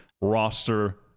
roster